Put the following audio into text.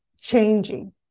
changing